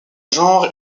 genre